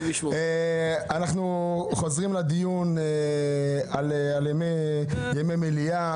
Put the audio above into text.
אנחנו חוזרים לדיון על ימי מליאה.